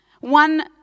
One